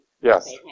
Yes